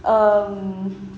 um